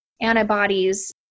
antibodies